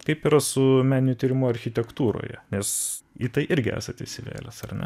kaip yra su meniniu tyrimu architektūroje nes į tai irgi esat įsivėlęs ar ne